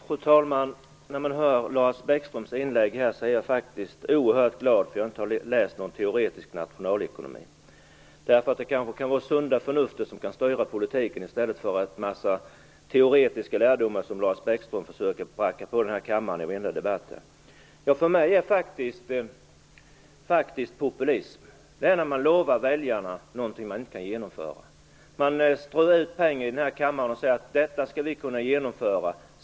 Fru talman! När jag hör Lars Bäckströms inlägg är jag faktiskt oerhört glad för att jag inte har läst någon teoretisk nationalekonomi. Det sunda förnuftet kan kanske styra politiken i stället för en massa teoretiska lärdomar som Lars Bäckström försöker pracka på kammaren i varenda debatt. För mig är faktiskt populism när man lovar väljarna något som man inte kan genomföra. Man strör ut pengar och säger: Detta skall vi genomföra.